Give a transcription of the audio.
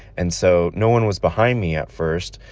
and so no one was behind me at first.